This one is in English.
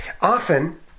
Often